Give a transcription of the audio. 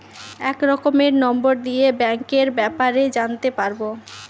এক রকমের নম্বর দিয়ে ব্যাঙ্কের ব্যাপারে জানতে পারবো